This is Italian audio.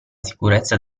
sicurezza